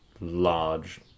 large